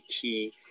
key